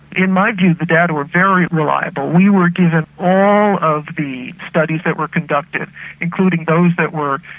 in my view the data were very reliable. we were given all of the studies that were conducted including those that were,